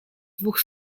dwóch